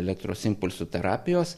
elektros impulsų terapijos